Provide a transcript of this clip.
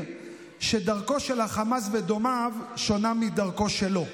שדרכו של החמאס ודומיו שונה מדרכו שלו.